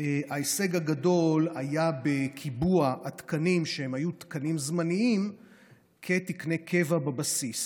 ההישג הגדול היה בקיבוע התקנים שהיו תקנים זמניים כתקני קבע בבסיס.